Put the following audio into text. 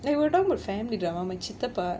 ஒரு:oru time lah family drama my சித்தப்பா:chithappa